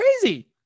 crazy